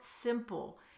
simple